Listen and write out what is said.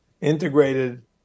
integrated